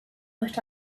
but